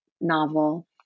novel